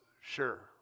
sure